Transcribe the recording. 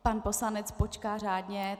Pan poslanec počká řádně...